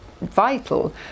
vital